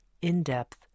in-depth